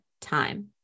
time